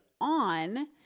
on